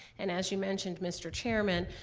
and as you mentioned, mr. chairman,